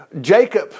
Jacob